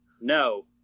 No